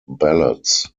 ballots